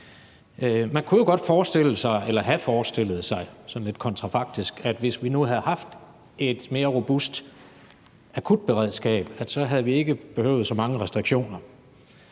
kontrafaktisk – have forestillet sig, at hvis vi nu havde haft et mere robust akutberedskab, havde vi ikke behøvet så mange restriktioner